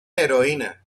heroína